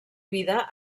vida